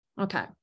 okay